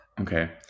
Okay